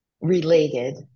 Related